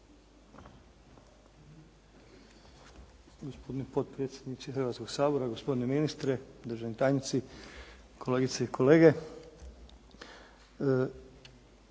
Hvala.